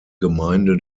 gemeinde